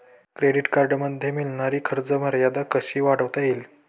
Credit कार्डमध्ये मिळणारी खर्च मर्यादा कशी वाढवता येईल?